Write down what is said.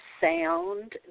sound